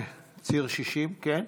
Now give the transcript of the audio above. ציר 60, כן?